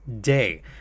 day